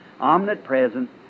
omnipresent